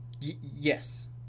Yes